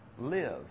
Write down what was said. live